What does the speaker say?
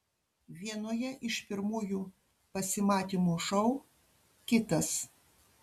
vienoje iš pirmųjų pasimatymų šou kitas